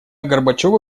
горбачёву